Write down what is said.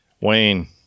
Wayne